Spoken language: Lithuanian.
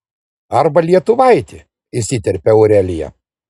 arba lietuvaitį įsiterpia aurelija